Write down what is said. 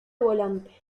volante